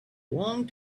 long